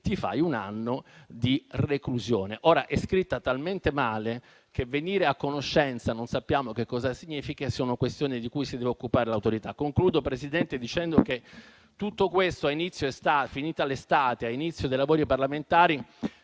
ti fai un anno di reclusione. È scritta talmente male che venire a conoscenza non sappiamo che cosa significhi; sono questioni di cui si deve occupare l'autorità. Concludo, Presidente, dicendo che tutto questo, finita l'estate e a inizio dei lavori parlamentari,